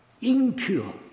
impure